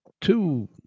two